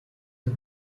the